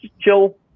chill